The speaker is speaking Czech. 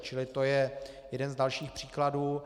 Čili to je jeden z dalších příkladů.